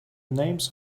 names